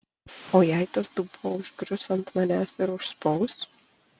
o jei tas dubuo užgrius ant manęs ir užspaus